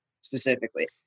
specifically